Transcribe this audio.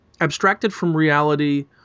abstracted-from-reality